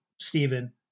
Stephen